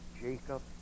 Jacob